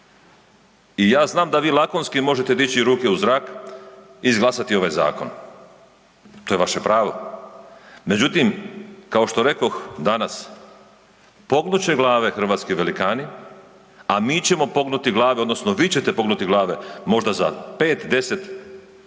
I ja znam da vi lakonski možete dići ruke u zrak i izglasati ovaj zakon, to je vaše pravo. Međutim kao što rekoh danas, pognut će glave hrvatski velikani, a mi ćemo pognuti glave odnosno vi ćete pognuti glave možda za 5, 10